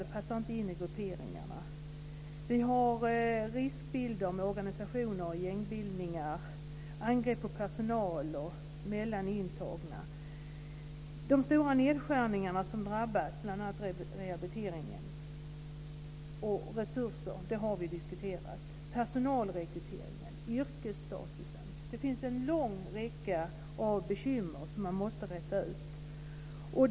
Man passar inte in i grupperingarna. Vi har riskbilder med organisationer och gängbildningar, angrepp på personal och mellan intagna. De stora nedskärningarna som drabbat bl.a. rehabiliteringen och resurserna har vi diskuterat. Vi har personalrekryteringen och yrkesstatusen. Det finns en lång räcka av bekymmer som man måste ta itu med.